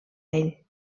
ell